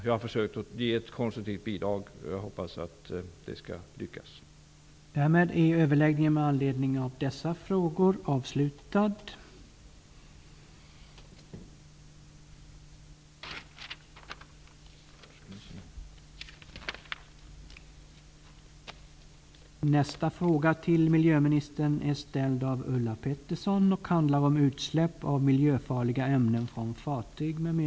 Jag har försökt att ge ett konstruktivt bidrag, och jag hoppas att vi skall lyckas lösa problemet.